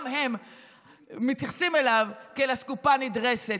גם הם מתייחסים אליו כאל אסקופה נדרסת.